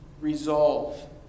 resolve